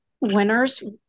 winners